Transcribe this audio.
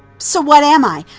so what am i,